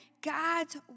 God's